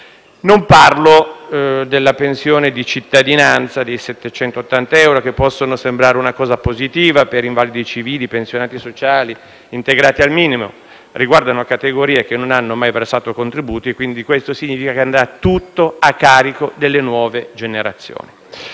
Non parlo della pensione di cittadinanza di 780 euro, che può sembrare una cosa positiva, per invalidi civili, pensionati sociali, integrati al minimo; riguarda categorie di persone che non hanno mai versato contributi e ciò significa che andrà tutta a carico delle nuove generazioni.